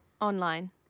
Online